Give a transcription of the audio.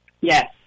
Yes